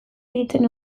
egiten